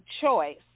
choice